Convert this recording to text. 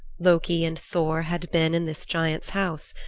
loki and thor had been in this giant's house.